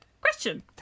question